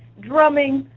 drumming,